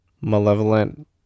malevolent